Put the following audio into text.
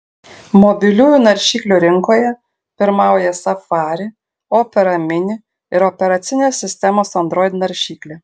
mobiliųjų naršyklių rinkoje pirmauja safari opera mini ir operacinės sistemos android naršyklė